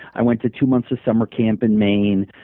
i went to two months of summer camp in maine.